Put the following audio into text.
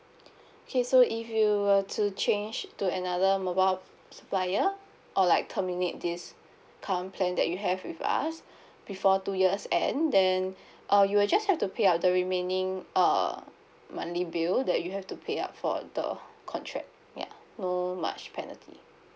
okay so if you were to change to another mobile supplier or like terminate this current plan that you have with us before two years end then uh you will just have to pay up the remaining uh monthly bill that you have to pay up for the contract yeah no much penalty